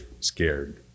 scared